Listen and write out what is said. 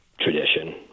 tradition